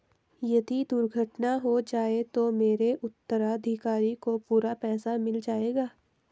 यदि दुर्घटना हो जाये तो मेरे उत्तराधिकारी को पूरा पैसा मिल जाएगा?